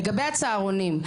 לגבי הצהרונים,